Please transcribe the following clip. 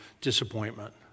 disappointment